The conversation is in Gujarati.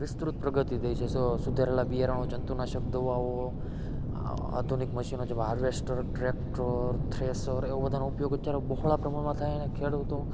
વિસ્તૃત પ્રગતિ થઈ છે સુધારેલ બિયારણો જંતુનાશક દવાઓ આધુનિક મશીનો હાર્વેસ્ટર ટ્રેક્ટર થ્રેશર એવાં બધાં ઉપયોગ અત્યારે બોહળા પ્રમાણમાં થાય અને ખેડૂતો